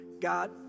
God